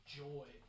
joy